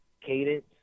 Cadence